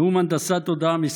נאום הנדסת התודעה מס'